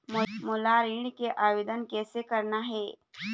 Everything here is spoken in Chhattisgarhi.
मोला ऋण के आवेदन कैसे करना हे?